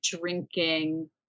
drinking